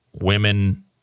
women